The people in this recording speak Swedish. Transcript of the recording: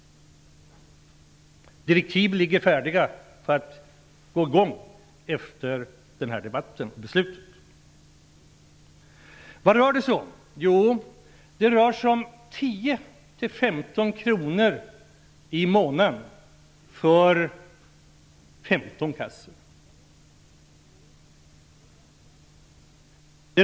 Direktiv ligger färdiga att sändas ut efter denna debatt och beslut. Vad rör det sig då om? Jo, det rör sig om 10--15 kr i månaden för 15 kassor.